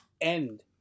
end